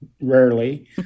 rarely